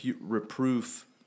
reproof